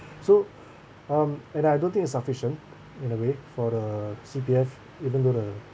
so um and I don't think it's sufficient in a way for the C_P_F even though the